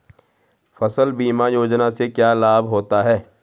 फसल बीमा योजना से क्या लाभ होता है?